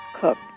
cook